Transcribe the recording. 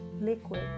liquid